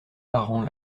parents